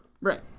Right